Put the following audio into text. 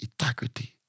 integrity